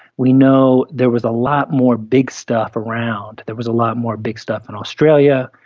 we know there was a lot more big stuff around, there was a lot more big stuff in australia,